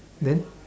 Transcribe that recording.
then